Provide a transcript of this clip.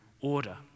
order